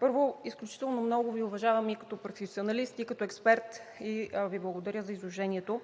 първо, изключително много Ви уважавам и като професионалист, и като експерт и Ви благодаря за изложението.